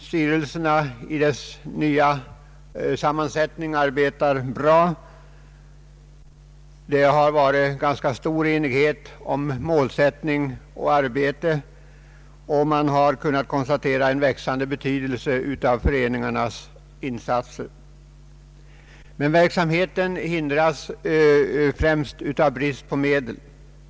Styrelserna i sin nya sammansättning arbetar bra. Det har rått ganska stor enighet om målsättningen i arbetet, och man har kunnat konstatera växande betydelse av föreningarnas insatser. Verksamheten hindras dock främst av brist på medel.